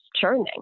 churning